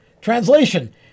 Translation